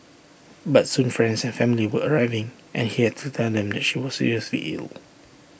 but soon friends and family were arriving and he had to tell them that she was seriously ill